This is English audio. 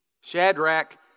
Shadrach